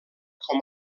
com